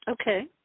Okay